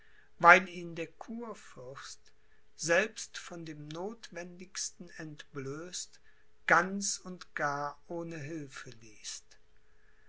weil ihn der kurfürst selbst von dem notwendigsten entblößt ganz und gar ohne hilfe ließ